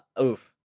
Oof